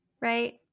Right